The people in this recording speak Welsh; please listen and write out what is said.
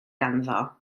ganddo